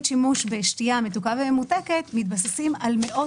שימוש בשתייה מתוקה וממותקת מתבססים על מאות,